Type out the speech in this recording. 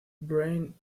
brain